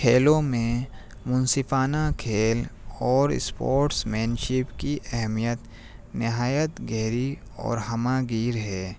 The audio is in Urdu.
کھیلوں میں منصفانہ کھیل اور اسپورٹس مین شپ کی اہمیت نہایت گہری اور ہما گیر ہے